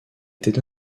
était